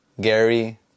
Gary